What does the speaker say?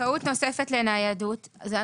היועצת המשפטית, יעל סלנט, בבקשה.